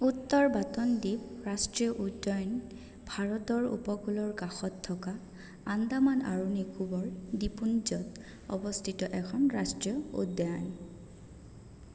উত্তৰ বাটন দ্বীপ ৰাষ্ট্ৰীয় উদ্যান ভাৰতৰ উপকূলৰ কাষত থকা আন্দামান আৰু নিকোবৰ দ্বীপপুঞ্জত অৱস্থিত এখন ৰাষ্ট্ৰীয় উদ্যান